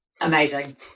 Amazing